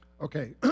Okay